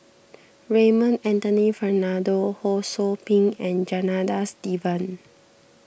Raymond Anthony Fernando Ho Sou Ping and Janadas Devan